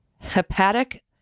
hepatic